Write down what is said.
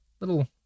little